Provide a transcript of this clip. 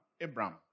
Abraham